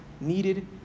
needed